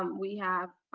um we have